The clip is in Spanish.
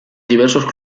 diversos